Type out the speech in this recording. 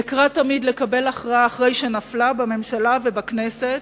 אקרא תמיד לקבל הכרעה, אחרי שנפלה בממשלה ובכנסת,